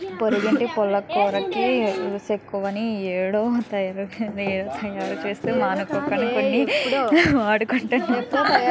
పొరిగింటి పుల్లకూరకి రుసెక్కువని ఎవుడో తయారుసేస్తే మనమిక్కడ కొని వాడుకుంటున్నాం